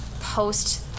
post